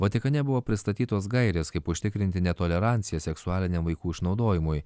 vatikane buvo pristatytos gairės kaip užtikrinti netoleranciją seksualiniam vaikų išnaudojimui